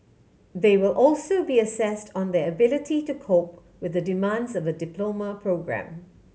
they will also be assessed on their ability to cope with the demands of a diploma programme